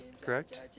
correct